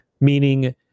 Meaning